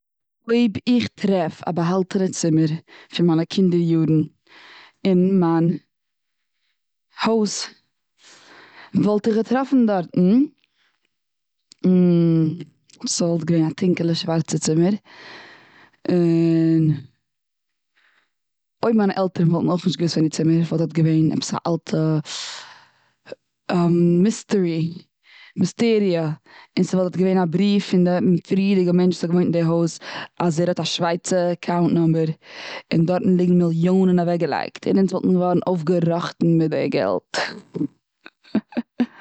אויב איך טרעף א באהאלטענע צומער פון מיינע קינדער יארן און מיין הויז. וואלט איך געטראפן דארטן ס'איז געווען א טינקעלע, שווארצע צומער. און, אויב מיינע עלטערן וואלטן אויך נישט געוויסט פון די צומער וואלט דארט געווען א אלטע מיסטערי, מיסטעריע. און ס'וואלט דארט געווען א בריוו פון די פאריגע מענטש וואס האט געוואוינט און די הויז. אז ער האט א שווייצע אקאונט נומבער, און דארטן ליגט מיליאנען אוועק געלייגט. און אונז וואלטן געווארן אויף געראכטן מיט די געלט.